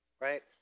right